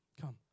come